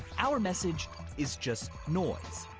our message is just noise.